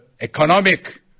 economic